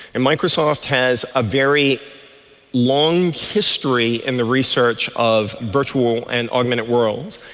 and microsoft has a very long history in the research of virtual and augmented worlds,